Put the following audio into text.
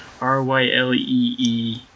R-Y-L-E-E